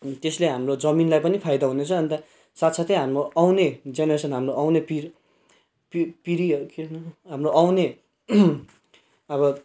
त्यसले हाम्रो जमिनलाई पनि फाइदा हुँदछ अन्त साथ साथै हाम्रो आउने जेनेरेसन हाम्रो आउने पिढ् पिढ् पिँढीहरू के अरे हाम्रो आउने अब